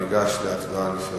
וניגש להצבעה נפרדת.